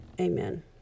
Amen